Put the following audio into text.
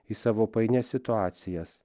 į savo painias situacijas